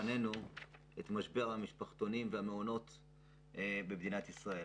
בפנינו את משבר המעונות והמשפחתונים במדינת ישראל.